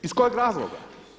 Iz kojeg razloga?